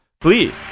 please